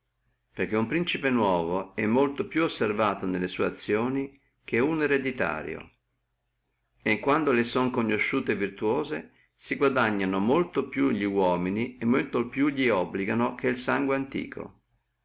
perché uno principe nuovo è molto più osservato nelle sue azioni che uno ereditario e quando le sono conosciute virtuose pigliono molto più li uomini e molto più li obligano che il sangue antico